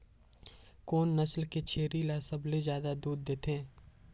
कोन नस्ल के छेरी ल सबले ज्यादा दूध देथे?